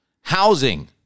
housing